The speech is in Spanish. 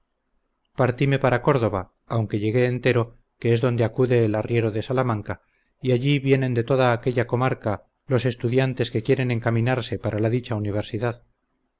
partime para córdoba aunque llegué entero que es donde acude el arriero de salamanca y allí vienen de toda aquella comarca los estudiantes que quieren encaminarse para la dicha universidad